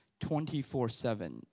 24-7